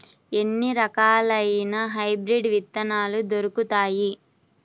ఎన్ని రకాలయిన హైబ్రిడ్ విత్తనాలు దొరుకుతాయి?